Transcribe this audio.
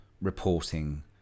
reporting